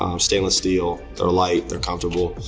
um stainless steel. they're light, they're comfortable.